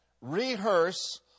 rehearse